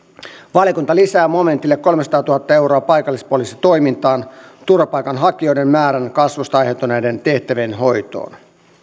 valiokunta lisää momentille kolmesataatuhatta euroa paikallispoliisitoimintaan turvapaikanhakijoiden määrän kasvusta aiheutuneiden tehtävien hoitoon